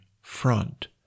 Front